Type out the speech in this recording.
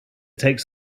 takes